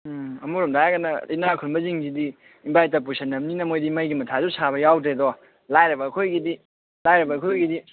ꯎꯝ ꯑꯃꯔꯣꯝꯗ ꯍꯥꯏꯔꯒꯅ ꯏꯅꯥꯛ ꯈꯨꯟꯕꯁꯤꯡꯁꯤꯗꯤ ꯏꯟꯕꯥꯏꯇꯔ ꯄꯨꯁꯟꯅꯕꯅꯤꯅ ꯃꯣꯏꯗꯤ ꯃꯩꯒꯤ ꯃꯊꯥꯁꯨ ꯁꯥꯕ ꯌꯥꯎꯗ꯭ꯔꯦꯗꯣ ꯂꯥꯏꯔꯕ ꯑꯩꯈꯣꯏꯒꯤꯗꯤ ꯂꯥꯏꯔꯕ ꯑꯩꯈꯣꯏꯒꯤꯗꯤ